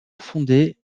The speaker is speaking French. fondé